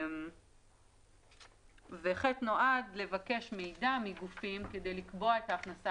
סעיף קטן (ח) נועד לבקש מידע מגופים כדי לקבוע את ההכנסה